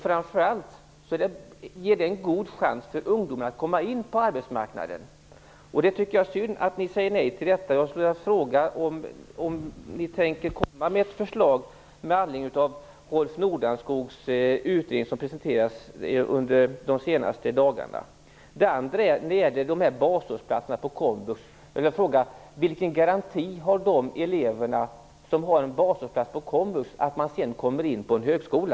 Framför allt ger det ungdomarna en god chans att komma in på arbetsmarknaden. Jag tycker att det är synd att ni säger nej till detta. Jag skulle vilja fråga om ni tänker komma med ett förslag med anledning av Rolf Nordanskogs utredning, som presenterats de senaste dagarna. Det andra gäller basårsplatserna på komvux. Jag vill fråga: Vilken garanti har de elever som har en basårsplats på komvux för att de sedan kommer in på en högskola?